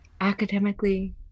Academically